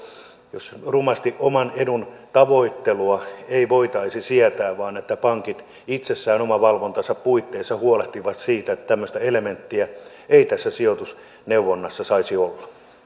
rumasti oman edun tavoittelua ei voitaisi sietää vaan että pankit itsessään omavalvontansa puitteissa huolehtivat siitä että tämmöistä elementtiä ei tässä sijoitusneuvonnassa saisi olla